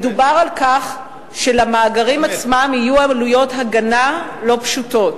מדובר על כך שלמאגרים עצמם יהיו עלויות הגנה לא פשוטות.